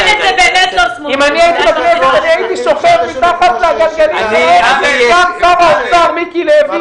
אני הייתי שוכב מתחת לגלגלים של סגן שר האוצר מיקי לוי,